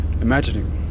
imagining